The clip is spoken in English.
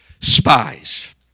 spies